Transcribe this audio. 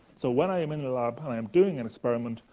so, when i am in the lab and i'm doing an experiment,